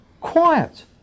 Quiet